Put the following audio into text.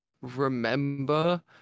remember